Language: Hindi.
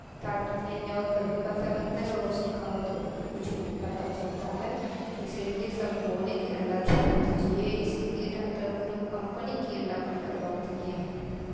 डाक्टर के यहाँ जाओ तभी पता लगता है वैसे खाओ तो कुछ नहीं पता चलता है इसीलिए सब बोलें कि अंडा छोड़ दीजिए इसीलिए डाक्टर पूरा कम्पनी की अंडा बंद करवा दिए